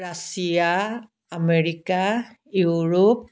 Russia America Europe